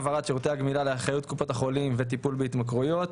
העברת שירותי הגמילה לאחריות קופות החולים וטיפול בהתמכרויות),